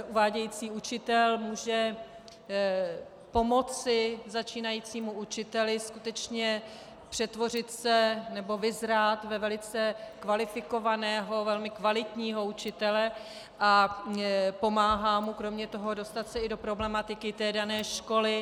Uvádějící učitel může pomoci začínajícímu učiteli skutečně přetvořit se nebo vyzrát ve velice kvalifikovaného, velmi kvalitního učitele a pomáhá mu kromě toho dostat se i do problematiky dané školy